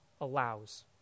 allows